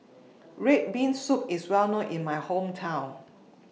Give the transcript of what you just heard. Red Bean Soup IS Well known in My Hometown